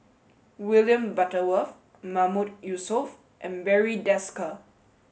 William Butterworth Mahmood Yusof and Barry Desker